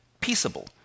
peaceable